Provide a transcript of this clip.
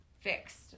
fixed